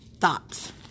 thoughts